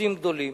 והיסוסים גדולים,